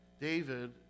David